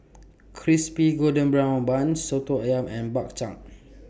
Crispy Golden Brown Bun Soto Ayam and Bak Chang